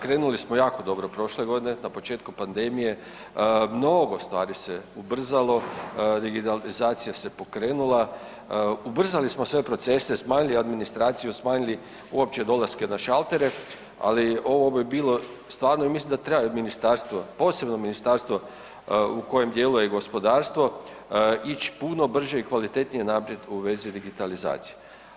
Krenuli smo jako dobro prošle godine na početku pandemije, mnogo stvari se ubrzalo, digitalizacija se pokrenula, ubrzali smo sve procese, smanjili administraciju, smanjili uopće dolaske na šaltere, ali ovo bi bilo stvarno i mislim da trebaju ministarstva, posebno ministarstvo u kojem dijelu je gospodarstvo ić puno brže i kvalitetnije naprijed u vezi digitalizacije.